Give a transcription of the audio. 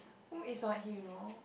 who is what hero